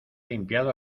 limpiado